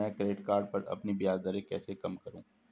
मैं credit card पर अपनी ब्याज दरें कैसे कम करूँ?